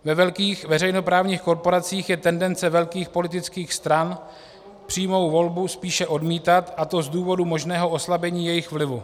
Ve velkých veřejnoprávních korporacích je tendence velkých politických stran přímou volbu spíše odmítat, a to z důvodu možného oslabení jejich vlivu.